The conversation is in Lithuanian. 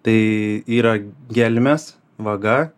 tai yra gelmės vaga